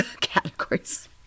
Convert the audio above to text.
Categories